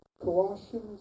Colossians